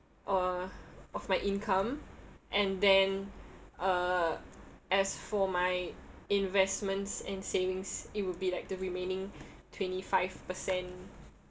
uh of my income and then uh as for my investments and savings it would be like the remaining twenty five percent